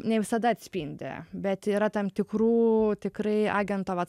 ne visada atspindi bet yra tam tikrų tikrai agentą vat